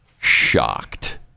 shocked